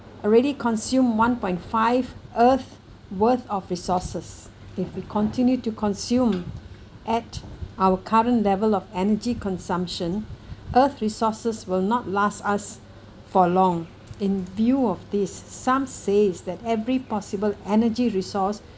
already consumed one point five earth worth of resources if we continue to consume at our current level of energy consumption earth resources will not last us for long in view of this some says that every possible energy resource